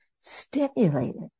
stimulated